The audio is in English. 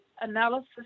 analysis